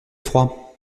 froid